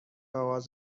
آغاز